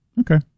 Okay